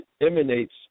emanates